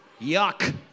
Yuck